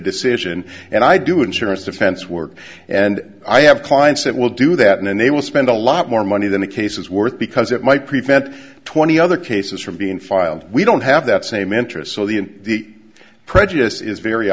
decision and i do insurance defense work and i have clients that will do that and they will spend a lot more money than a case is worth because it might prevent twenty other cases from being filed we don't have that same interest so the prejudice is very